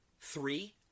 three